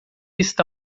está